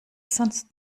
sonst